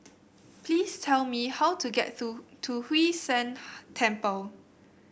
please tell me how to get to to Hwee San Temple